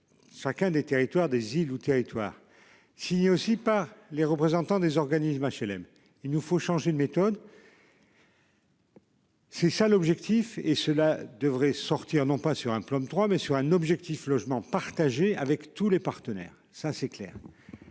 Chacun des territoires des îles ou territoires. Aussi, pas les représentants des organismes HLM. Il nous faut changer de méthode. C'est ça l'objectif. Et cela devrait sortir non pas sur un plan de trois mais sur un objectif logement partager avec tous les partenaires, ça c'est clair.